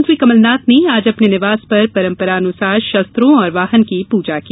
मुख्यमंत्री कमलनाथ ने आज अपने निवास पर परम्परानुसार शस्त्रों और वाहन की पूजा की